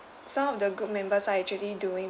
some of the group members are actually doing